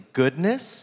goodness